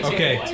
Okay